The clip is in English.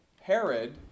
Herod